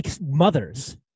mothers